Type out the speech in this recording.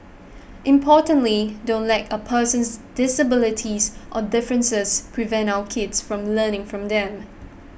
importantly don't let a person's disabilities or differences prevent your kids from learning from them